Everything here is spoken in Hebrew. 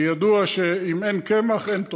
כי ידוע שאם אין קמח אין תורה,